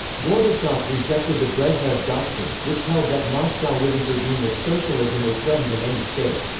gorbachev rejected the brezhnev doctrine, which held that moscow would intervene if socialism were threatened in any state.